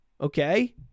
okay